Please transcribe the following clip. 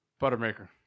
Buttermaker